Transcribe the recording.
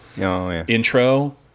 Intro